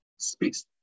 Speaks